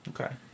Okay